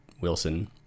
Wilson